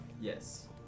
Yes